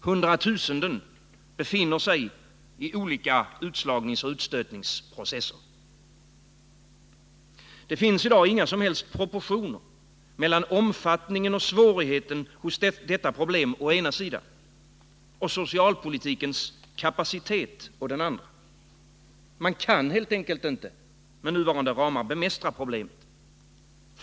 Hundratusenden befinner sig i olika utslagningsoch utstötningsprocesser. Det finns i dag inga som helst proportioner mellan omfattningen och svårigheten hos detta problem å ena sidan och socialpolitikens kapacitet å den andra. Man kan helt enkelt inte med nuvarande ramar bemästra problemet.